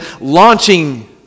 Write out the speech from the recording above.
launching